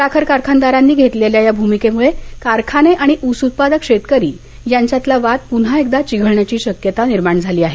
साखर कारखानदारांनी घेतलेल्या या भूमिकेमुळं कारखाने आणि ऊस उत्पादक शेतकरी यांच्यातला वाद पुन्हा एकदा विघळण्याची शक्यता निर्माण झाली आहे